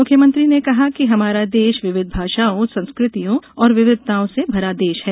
मुख्यमंत्री ने कहा कि हमारा देश विविध भाषाओं संस्कृतियों और विविधताओं से भरा देश है